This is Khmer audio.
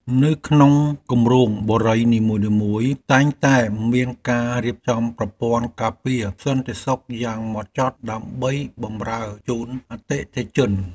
នៅក្នុងគម្រោងបុរីនីមួយៗតែងតែមានការរៀបចំប្រព័ន្ធការពារសន្តិសុខយ៉ាងហ្មត់ចត់ដើម្បីបម្រើជូនអតិថិជន។